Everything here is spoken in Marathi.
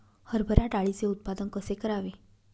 हरभरा डाळीचे उत्पादन कसे करावे?